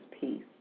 peace